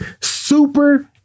super